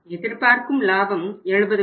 எதிர்பார்க்கும் லாபம் 70 கோடி